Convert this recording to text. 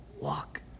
walk